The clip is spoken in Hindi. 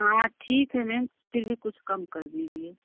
हाँ ठीक है मैम फ़िर भी कुछ कम कर दीजिए